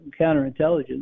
counterintelligence